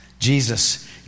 Jesus